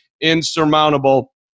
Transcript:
insurmountable